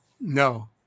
No